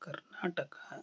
Karnataka